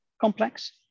complex